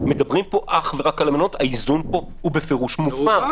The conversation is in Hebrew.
מדברים פה אך ורק על המלונות האיזון פה הוא בפירוש מופר.